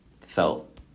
felt